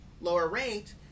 lower-ranked